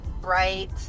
Bright